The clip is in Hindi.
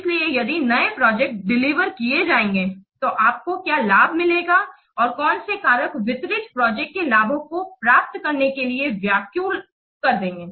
इसलिए यदि नए प्रोजेक्ट डिलीवर किए जाएंगे तो आपको क्या लाभ मिलेगा और कौन से कारक वितरित प्रोजेक्ट के लाभों को प्राप्त करने के लिए व्याकुल कर देंगे